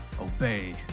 obey